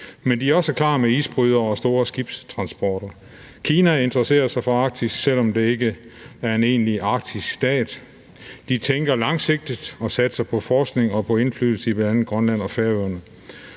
Men de er også klar med isbrydere og store skibstransporter. Kina interesserer sig for Arktis, selv om de ikke er en egentlig arktisk stat. De tænker langsigtet og satser på forskning og på indflydelse i bl.a. Grønland og Færøerne.